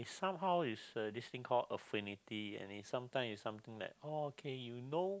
somehow is uh this thing call affinity and is sometime is something that okay you know